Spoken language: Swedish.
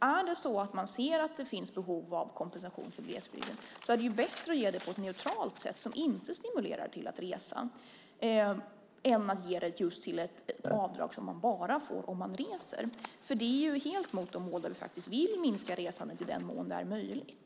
Om man ser att det finns behov av kompensation för glesbygden är det bättre att ge det på ett neutralt sätt som inte stimulerar till att resa än att ge det just till ett avdrag som man bara får om man reser. Det är ju helt mot de mål där vi faktiskt vill minska resandet i den mån det är möjligt.